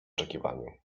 oczekiwaniu